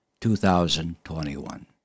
2021